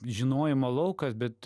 žinojimo laukas bet